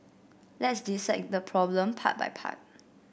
let's dissect the problem part by part